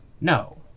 No